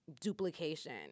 duplication